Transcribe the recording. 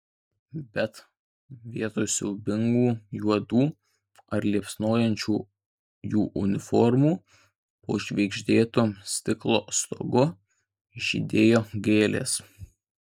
bet vietoj siaubingų juodų ar liepsnojančių jų uniformų po žvaigždėtu stiklo stogu žydėjo gėlės